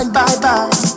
bye-bye